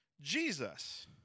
Jesus